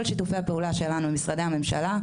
כל שיתופי הפעולה שלנו עם משרדי הממשלה,